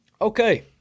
Okay